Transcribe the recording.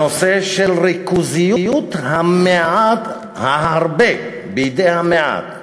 הנושא של ריכוזיות ההרבה בידי המעט,